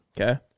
Okay